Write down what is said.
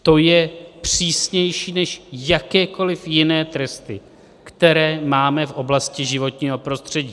To je přísnější než jakékoliv jiné tresty, které máme v oblasti životního prostředí.